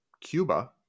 cuba